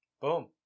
Boom